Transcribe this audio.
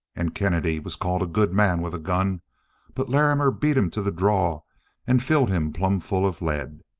and kennedy was called a good man with a gun but larrimer beat him to the draw and filled him plumb full of lead.